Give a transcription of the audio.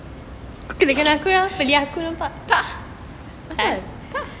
apa pasal